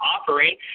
offering